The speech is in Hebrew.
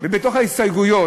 ובתוך ההסתייגויות,